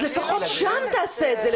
אז לפחות שם תעשה את זה.